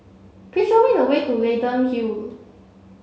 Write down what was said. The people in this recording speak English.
please show me the way to Leyden Hill